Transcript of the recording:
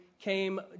came